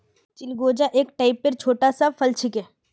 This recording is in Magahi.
चिलगोजा एक टाइपेर छोटा सा फल छिके